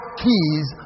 keys